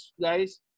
guys